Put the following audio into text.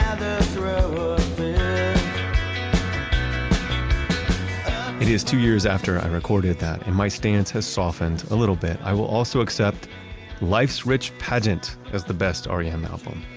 ah it is two years after i recorded that, and my stance has softened a little bit. i will also accept life's rich pageant as the best r e m album.